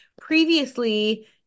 previously